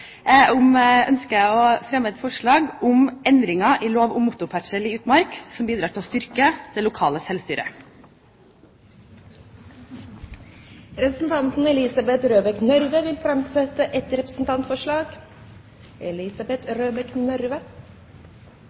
ønsker jeg å fremme et forslag om motorferdsel i utmark og endringer i loven som bidrar til å styrke det lokale selvstyret. Representanten Elisabeth Røbekk Nørve vil framsette et representantforslag.